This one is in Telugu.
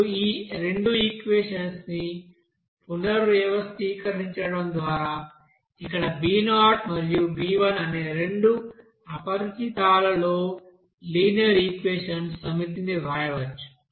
ఇప్పుడు ఈ రెండు ఈక్వెషన్స్ ని పునర్వ్యవస్థీకరించడం ద్వారా ఇక్కడ b0 మరియు b1 అనే రెండు అపరిచితాలలో లినియర్ ఈక్వెషన్స్ సమితిని వ్రాయవచ్చు